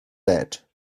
that